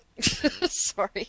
Sorry